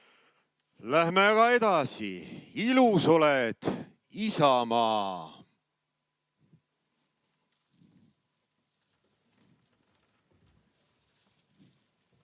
Läheme edasi! Ilus oled, Isamaa!